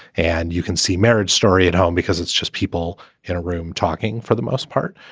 and you can see marriage story at home because it's just people in a room talking for the most part.